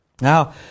Now